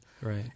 Right